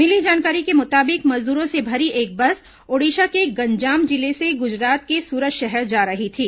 मिली जानकारी के मुताबिक मजदूरों से भरी एक बस ओडिशा के गंजाम जिले से गुजरात के सूरत शहर जा रही थी